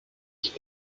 ich